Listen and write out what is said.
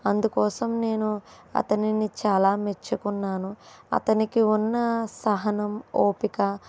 అందుకోసం నేను అతనిని చాలా మెచ్చుకున్నాను అతనికి ఉన్న సహనం ఓపిక